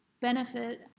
benefit